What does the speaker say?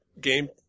game